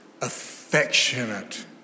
affectionate